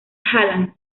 hallan